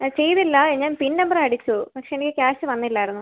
ചെയ്തില്ല ഞാൻ PIN number അടിച്ചു പക്ഷെ എനിക്ക് ക്യാഷ് വന്നില്ലായിരുന്നു